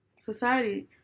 Society